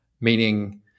meaning